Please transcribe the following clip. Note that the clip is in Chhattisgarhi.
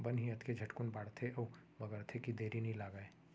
बन ही अतके झटकुन बाढ़थे अउ बगरथे कि देरी नइ लागय